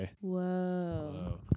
Whoa